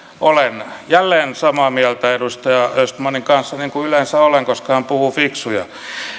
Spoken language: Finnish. olen jälleen samaa mieltä edustaja östmanin kanssa niin kuin yleensä olen koska hän puhuu fiksuja